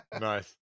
Nice